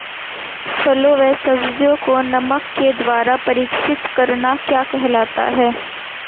फलों व सब्जियों को नमक के द्वारा परीक्षित करना क्या कहलाता है?